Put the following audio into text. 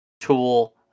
tool